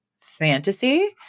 fantasy